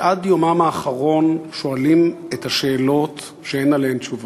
שעד יומם האחרון שואלים את השאלות שאין עליהן תשובה: